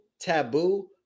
taboo